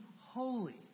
holy